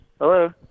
Hello